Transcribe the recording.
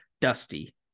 dusty